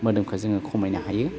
मोदोमखौ जोङो खमायनो हायो